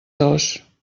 dos